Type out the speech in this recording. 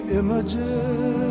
images